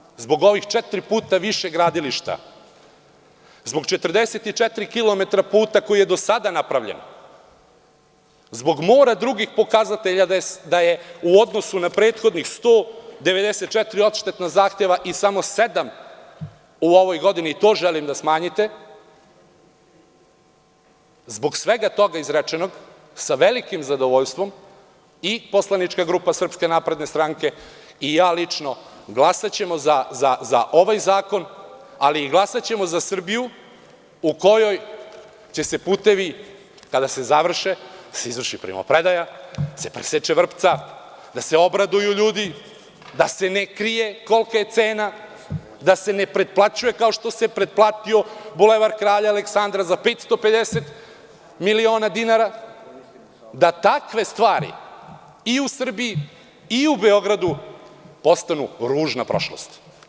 Zbog toga, zbog ovih četiri puta više gradilišta, zbog 44 kilometra puta koji je do sada napravljen, zbog mora drugih pokazatelja da je u odnosu na prethodnih sto 94 odštetna zahteva i samo sedam u ovoj godini, i to želim da smanjite, zbog svega toga izrečenog, sa velikim zadovoljstvom i poslanička grupa SNS i ja lično glasaćemo za ovaj zakon, ali glasaćemo i za Srbiju u kojoj će kada se završe putevi da se izvrši primopredaja, da se preseče vrpca, da se obraduju ljudi, da se ne krije kolika je cena, da se ne pretplaćuje, kao što se pretplatio Bulevar kralja Aleksandra za 550 miliona dinara, da takve stvari i u Srbiji i u Beogradu postanu ružna prošlost.